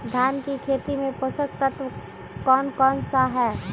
धान की खेती में पोषक तत्व कौन कौन सा है?